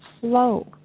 slow